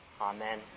amen